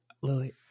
lily